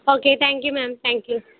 okay thank you ma'am thank you